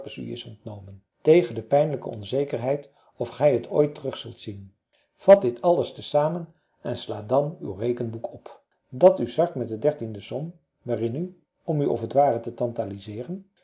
u is ontnomen tegen de pijnlijke onzekerheid of gij het ooit terug zult zien vat dit alles te zamen en sla dan uw rekenboek op dat u sart met de de som waarin u om u of t ware te tantaliseeren